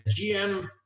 GM